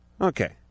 Okay